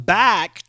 back